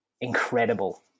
incredible